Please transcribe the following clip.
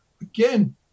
again